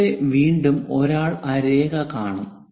ഇവിടെ വീണ്ടും ഒരാൾ ആ രേഖ കാണും